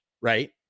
right